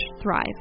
thrive